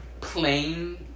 plain